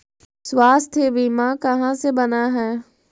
स्वास्थ्य बीमा कहा से बना है?